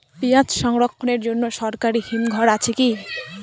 পিয়াজ সংরক্ষণের জন্য সরকারি হিমঘর আছে কি?